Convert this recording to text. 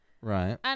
Right